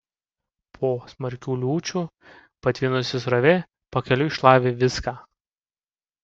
po smarkių liūčių patvinusi srovė pakeliui šlavė viską